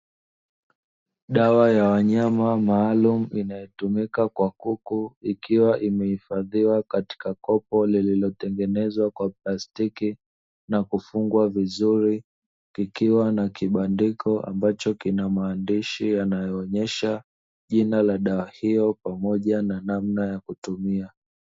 Dawa ya wanyama maalumu inayotumika kwa kuku ikiwa imehifadhiwa katika kopo, iliotengenezwa kwa plastiki na kufungwa vizuri. Kikiwa na kibandiko ambacho kina maandishi yanayoonyesha jina la dawa hilo pamoja na namna ya kutumia.